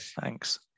Thanks